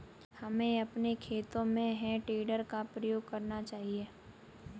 हमें अपने खेतों में हे टेडर का प्रयोग करना चाहिए